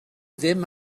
ddim